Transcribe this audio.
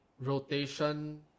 Rotation